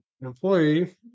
employee